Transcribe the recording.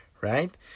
Right